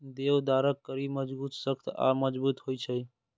देवदारक कड़ी बहुत सख्त आ मजगूत होइ छै